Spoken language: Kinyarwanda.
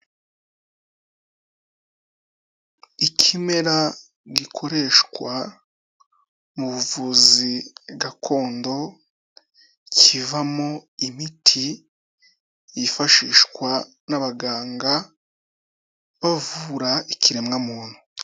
Ikimera gikoreshwa mu buvuzi gakondo, kivamo imiti yifashishwa n'abaganga, bavura ikiremwa muntu.